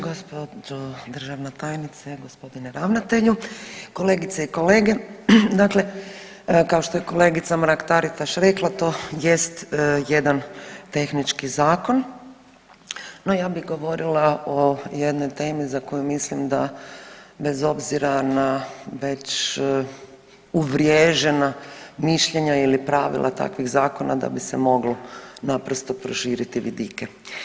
Gospođo državna tajnice, gospodine ravnatelju, kolegice i kolege dakle kao što je kolegica Mrak Taritaš rekla to jest jedan tehnički zakon, no ja bi govorila o jednoj temu za koju mislim da bez obzira na već uvriježena mišljenja ili pravila takvih zakona da bi se moglo naprosto proširiti vidike.